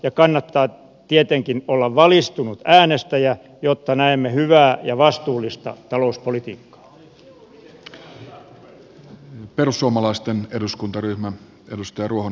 ja kannattaa tietenkin olla valistunut äänestäjä jotta näemme hyvää ja vastuullista talouspolitiikkaa